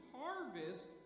harvest